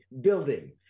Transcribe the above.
building